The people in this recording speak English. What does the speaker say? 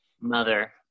mother